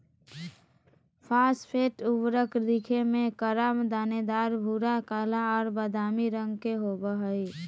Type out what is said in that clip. phosphate उर्वरक दिखे में कड़ा, दानेदार, भूरा, काला और बादामी रंग के होबा हइ